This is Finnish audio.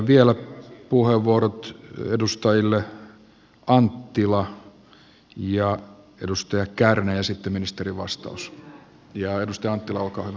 vielä puheenvuorot edustajille anttila ja kärnä ja sitten ministerin vastaus